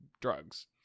drugs